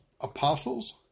apostles